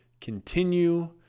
continue